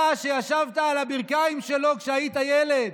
אתה, שישבת על הברכיים שלו כשהיית ילד